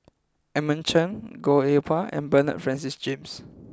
Edmund Chen Goh Eng Wah and Bernard Francis James